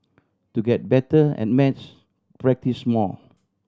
to get better at maths practise more